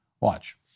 Watch